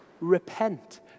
repent